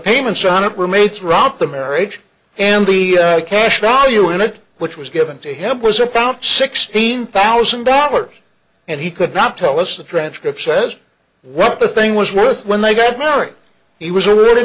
payments on it were mates rocked the marriage and the cash value in it which was given to him was a pound sixteen thousand dollars and he could not tell us the transcript says what the thing was worth when they got married he was a really